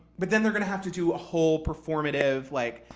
but then they're going to have to do a whole performative like,